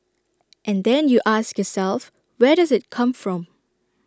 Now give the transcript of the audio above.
and then you ask yourself where does IT come from